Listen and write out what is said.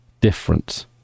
different